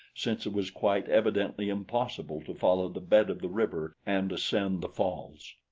since it was quite evidently impossible to follow the bed of the river and ascend the falls.